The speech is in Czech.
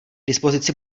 dispozici